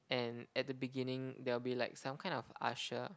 and at the beginning there will be like some kind of usher